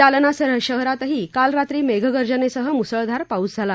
जालना शहरातही काल रात्री मेघगर्जनेसह मुसळधार पाऊस झाला